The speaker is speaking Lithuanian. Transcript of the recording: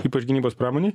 ypač gynybos pramonėj